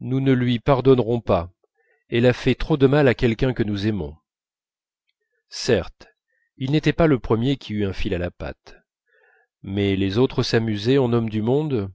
nous ne lui pardonnerons pas elle a fait trop de mal à quelqu'un que nous aimons certes il n'était pas le premier qui eût un fil à la patte mais les autres s'amusaient en hommes du monde